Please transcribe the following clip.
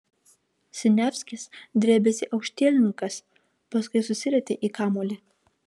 siniavskis drebėsi aukštielninkas paskui susirietė į kamuolį